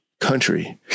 country